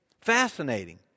Fascinating